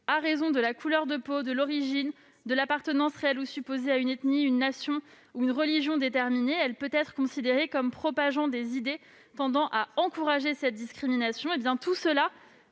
à raison de la couleur de peau, de l'origine ou de l'appartenance réelle ou supposée à une ethnie, une nation ou une religion pourrait être considérée comme propageant des idées tendant à encourager cette discrimination et tomber sous le